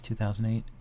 2008